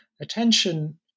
attention